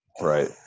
Right